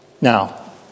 Now